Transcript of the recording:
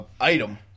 item